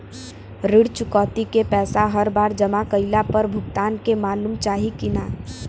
ऋण चुकौती के पैसा हर बार जमा कईला पर भुगतान के मालूम चाही की ना?